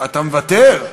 אתה מוותר?